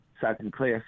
second-class